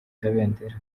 kabendera